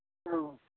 ꯑꯧ